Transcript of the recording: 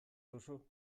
duzu